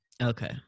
okay